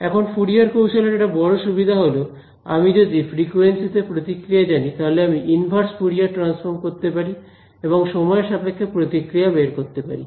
এখন ফুরিয়ার কৌশলের একটি বড় সুবিধা হল আমি যদি কিছু ফ্রিকুয়েন্সি তে প্রতিক্রিয়া জানি তাহলে আমি ইনভার্স ফুরিয়ার ট্রানসফর্ম করতে পারি এবং সময়ের সাপেক্ষে প্রতিক্রিয়া বের করতে পারি